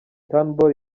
turnbull